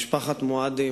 משפחת מועדי,